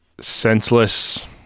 senseless